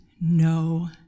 no